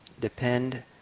depend